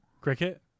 Cricket